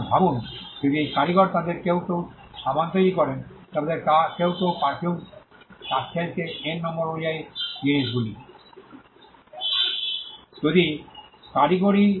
এখন ভাবুন যদি এই কারিগর তাদের কেউ কেউ সাবান তৈরি করেন তবে তাদের কেউ কেউ পারফিউম তাস খেলছে n নম্বর অন্য জিনিস তৈরী